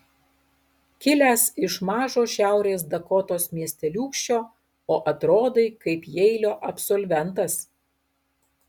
kilęs iš mažo šiaurės dakotos miesteliūkščio o atrodai kaip jeilio absolventas